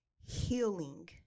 healing